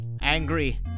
angry